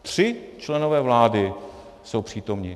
Tři členové vlády jsou přítomni.